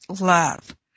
love